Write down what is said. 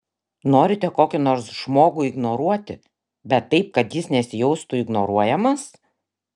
norite kokį nors žmogų ignoruoti bet taip kad jis nesijaustų ignoruojamas